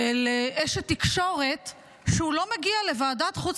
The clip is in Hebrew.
לאשת תקשורת שהוא לא מגיע לוועדת חוץ